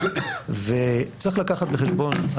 וצריך לקחת בחשבון,